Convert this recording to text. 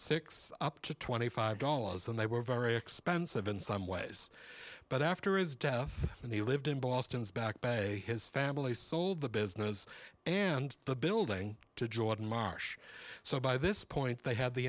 six up to twenty five dollars and they were very expensive in some ways but after his death and he lived in boston's back bay his family sold the business and the building to jordan marsh so by this point they had the